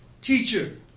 teacher